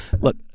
Look